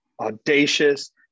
audacious